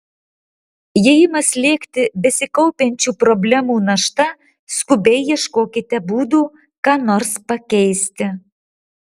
jei ima slėgti besikaupiančių problemų našta skubiai ieškokite būdų ką nors pakeisti